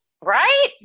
Right